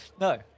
No